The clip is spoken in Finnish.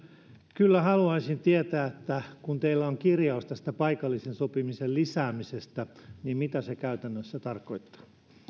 kyllä haluaisin tietää että kun teillä on kirjaus tästä paikallisen sopimisen lisäämisestä niin mitä se käytännössä tarkoittaa